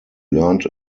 learned